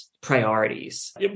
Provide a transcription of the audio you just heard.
priorities